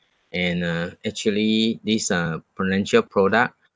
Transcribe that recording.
and uh actually this uh financial product